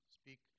speak